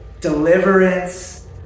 deliverance